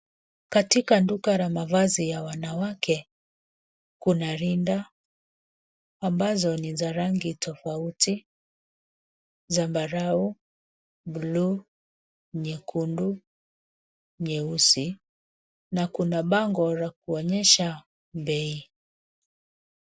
Katika duka la mavazi ya wanawake, kuna rinda, ambazo ni za rangi tofauti, zambarau, blue , nyekundu, nyeusi, na kuna bango la kuonyesha bei.